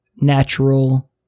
natural